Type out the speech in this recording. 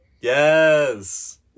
Yes